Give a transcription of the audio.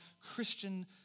Christian